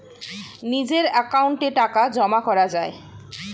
নিজের অ্যাকাউন্টে টাকা জমা করা যায়